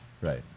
Right